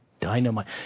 dynamite